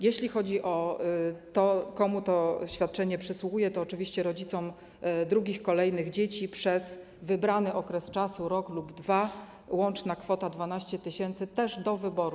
Jeśli chodzi o to, komu to świadczenie przysługuje, to oczywiście rodzicom drugich i kolejnych dzieci przez wybrany okres, 1 rok lub 2 lata, w łącznej kwocie 12 tys., też do wyboru.